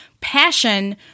Passion